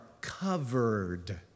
covered